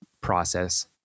process